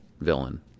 villain